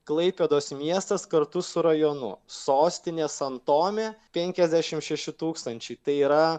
klaipėdos miestas kartu su rajonu sostinė san tomė penkiasdešimt šeši tūkstančiai tai yra